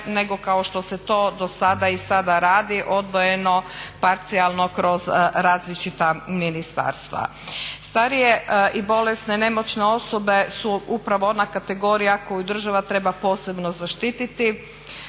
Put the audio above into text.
nego kao što se to do sada i sada radi, odvojeno, parcijalno kroz različita ministarstva. Starije i bolesne, nemoćne osobe su upravo ona kategorija koju država treba posebno zaštititi